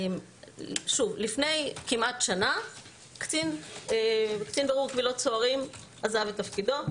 לפני כמעט שנה קצין בירור קבילות סוהרים עזב את תפקידו,